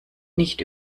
nicht